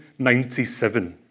97